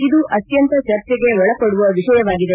ಇದು ಅತ್ಯಂತ ಚರ್ಚೆಗೆ ಒಳಪಡುವ ವಿಷಯವಾಗಿದೆ